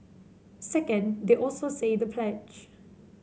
second they also say the pledge